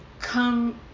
come